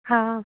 हा